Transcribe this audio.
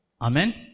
Amen